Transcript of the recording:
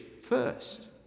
first